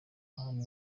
nkamwe